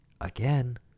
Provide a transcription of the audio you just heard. again